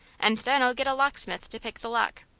and then i'll get a locksmith to pick the lock.